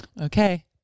Okay